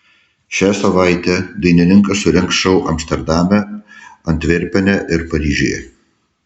šią savaitę dainininkas surengs šou amsterdame antverpene ir paryžiuje